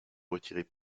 retirez